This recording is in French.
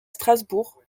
strasbourg